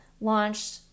launched